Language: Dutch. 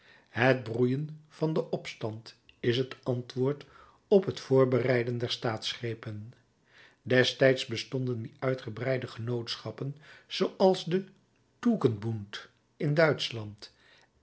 het broeien van den opstand is het antwoord op het voorbereiden der staatsgrepen destijds bestonden die uitgebreide genootschappen zooals de tugendbund in duitschland